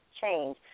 change